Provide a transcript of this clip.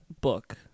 book